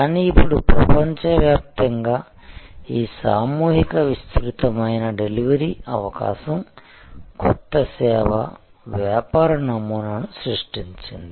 కానీ ఇప్పుడు ప్రపంచవ్యాప్తంగా ఈ సామూహిక విస్తృతమైన డెలివరీ అవకాశం కొత్త సేవ వ్యాపార నమూనాను సృష్టించింది